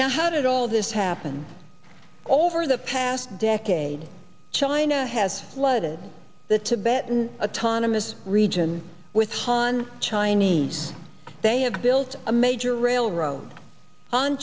now how did all this happen over the past decade china has flooded the tibetan autonomy this region with han chinese they have built a major railroad on